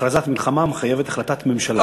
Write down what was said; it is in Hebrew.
הכרזת מלחמה מחייבת החלטת ממשלה.